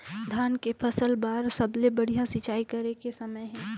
धान के फसल बार सबले बढ़िया सिंचाई करे के समय हे?